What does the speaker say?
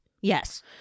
Yes